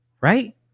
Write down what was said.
right